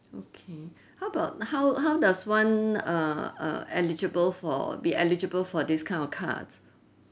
okay how about how how does one err eligible for be eligible for this kind of cards